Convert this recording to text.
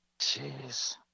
Jeez